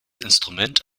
instrument